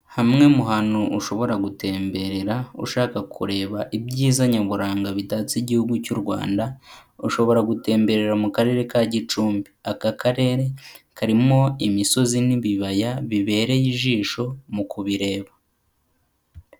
Hamwe mu hantu ushobora gutemberera ushaka kureba ibyiza nyaburanga bitatse igihugu cy'u Rwanda, ushobora gutemberera mu karere ka Gicumbi, aka karere karimo imisozi n'ibibaya bibereye ijisho mu kubireba.